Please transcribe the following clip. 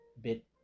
bit